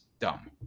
dumb